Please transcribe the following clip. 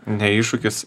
ne iššūkis